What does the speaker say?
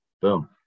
Boom